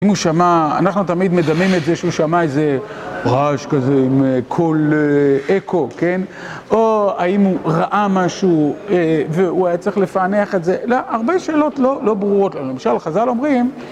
אם הוא שמע, אנחנו תמיד מדמים את זה שהוא שמע איזה רעש כזה עם קול אקו, כן? או האם הוא ראה משהו והוא היה צריך לפענח את זה? הרבה שאלות לא ברורות, אבל למשל חז"ל אומרים...